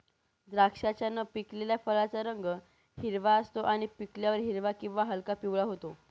द्राक्षाच्या न पिकलेल्या फळाचा रंग हिरवा असतो आणि पिकल्यावर हिरवा किंवा हलका पिवळा होतो